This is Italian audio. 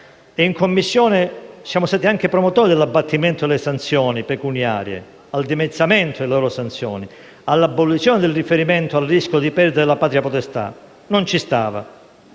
in Commissione siamo stati anche promotori dell'abbattimento delle sanzioni pecuniarie, del dimezzamento delle sanzioni, dell'abolizione del riferimento al rischio di perdere la patria potestà, che non ci stava.